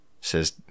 Says